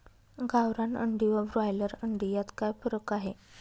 गावरान अंडी व ब्रॉयलर अंडी यात काय फरक आहे?